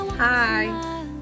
Hi